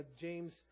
James